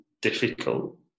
difficult